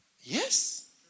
Yes